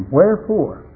Wherefore